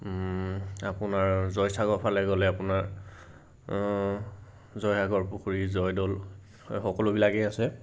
আপোনাৰ জয়চাগৰ ফালে গ'লে আপোনাৰ জয়সাগৰ পুখুৰী জয়দৌল সকলোবিলাকেই আছে